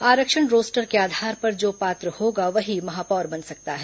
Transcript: आरक्षण रोस्टर के आधार पर जो पात्र होगा वहीं महापौर बन सकता है